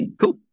Cool